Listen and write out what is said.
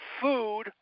food